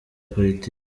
politiki